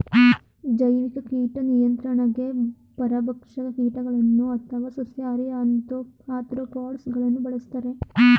ಜೈವಿಕ ಕೀಟ ನಿಯಂತ್ರಣಗೆ ಪರಭಕ್ಷಕ ಕೀಟಗಳನ್ನು ಅಥವಾ ಸಸ್ಯಾಹಾರಿ ಆಥ್ರೋಪಾಡ್ಸ ಗಳನ್ನು ಬಳ್ಸತ್ತರೆ